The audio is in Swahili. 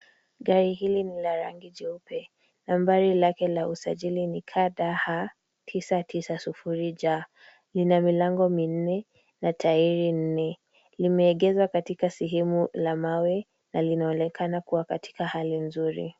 Gari hili ni la rangi jeupe. Nambari lake la usajili ni KDA 990J. Lina milango minne na tairi nne. Limeegezwa katika sehemu la mawe, na linaonekana kua katika hali nzuri.